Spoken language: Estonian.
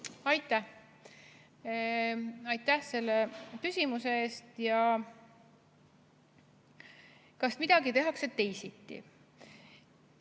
Aitäh selle küsimuse eest! Kas midagi tehakse teisiti?